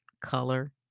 color